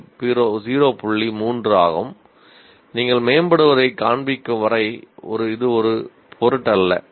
3 ஆகும் நீங்கள் மேம்படுவதைக் காண்பிக்கும் வரை இது ஒரு பொருட்டல்ல